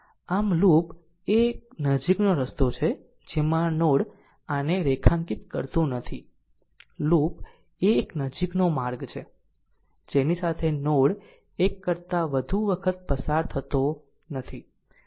આમ લૂપ એ એક નજીકનો રસ્તો છે જેમાં નોડ આને રેખાંકિત કરતું નથી લૂપ એ એક નજીકનો માર્ગ છે જેની સાથે નોડ એક કરતા વધુ વખત પસાર થતો નથી